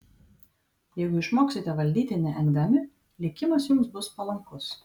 jeigu išmoksite valdyti neengdami likimas jums bus palankus